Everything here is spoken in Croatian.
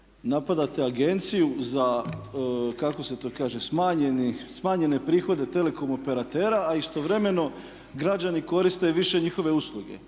napadate agenciju za kako se to kaže smanjene prihode telekom operatera a istovremeno građani koriste više njihove usluge.